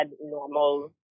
normal